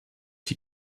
die